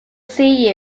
see